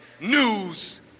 News